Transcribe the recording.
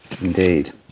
Indeed